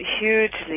Hugely